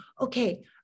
okay